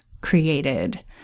created